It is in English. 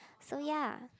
so ya